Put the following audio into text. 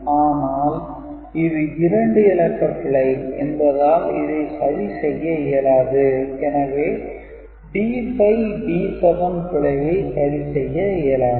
ஆனால் இது இரண்டு இலக்கப் பிழை என்பதால் இதை சரி செய்ய இயலாது எனவே D5 D7 பிழையை சரி செய்ய இயலாது